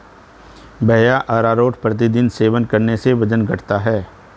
भैया अरारोट प्रतिदिन सेवन करने से वजन घटता है